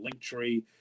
Linktree